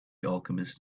alchemist